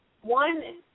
one